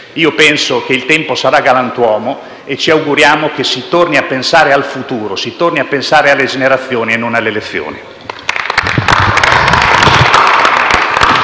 ripeto - che il tempo sarà galantuomo e ci auguriamo che si torni a pensare al futuro e alle giovani generazioni e non alle elezioni.